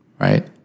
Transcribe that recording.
right